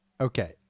okay